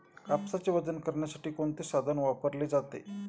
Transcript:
कापसाचे वजन करण्यासाठी कोणते साधन वापरले जाते?